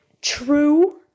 true